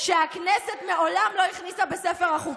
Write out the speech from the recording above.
שהכנסת מעולם לא הכניסה בספר החוקים".